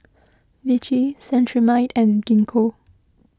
Vichy Cetrimide and Gingko